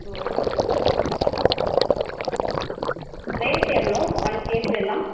ஓ rate எவ்வளோ one கேஜியெல்லாம்